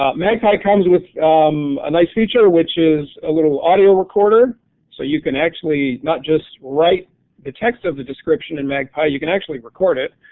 um magpie comes with um a nice feature which is a little audio recorder so you can actually not just write the text of the description in magpie you can actually record it.